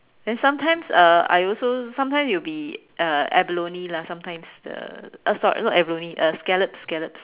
then sometimes uh I also sometime it'll be uh abalone lah sometimes the uh sorry not abalone scallops scallops